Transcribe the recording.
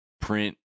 print